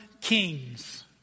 kings